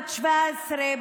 בת 17,